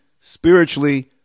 spiritually